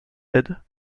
aides